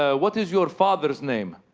ah what is your father's name?